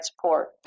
support